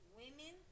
women